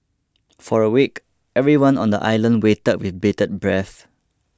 for a week everyone on the island waited with bated breath